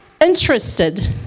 interested